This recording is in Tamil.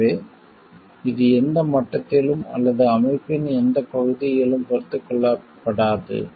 எனவே இது எந்த மட்டத்திலும் அல்லது அமைப்பின் எந்தப் பகுதியிலும் பொறுத்துக்கொள்ளப்படாது